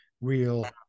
real